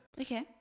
Okay